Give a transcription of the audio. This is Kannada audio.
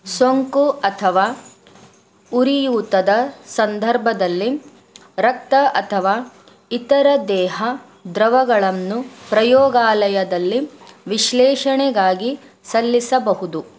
ಸೋಂಕು ಅಥವಾ ಉರಿಯೂತದ ಸಂದರ್ಭದಲ್ಲಿ ರಕ್ತ ಅಥವಾ ಇತರ ದೇಹ ದ್ರವಗಳನ್ನು ಪ್ರಯೋಗಾಲಯದಲ್ಲಿ ವಿಶ್ಲೇಷಣೆಗಾಗಿ ಸಲ್ಲಿಸಬಹುದು